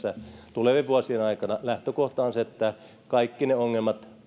tulevien vuosien aikana lähtökohta on se että tavoitteena on poistaa kaikki ne ongelmat